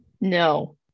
No